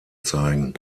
zeigen